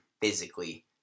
physically